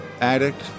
addict